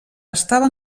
estava